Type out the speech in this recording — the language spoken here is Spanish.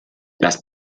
las